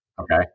Okay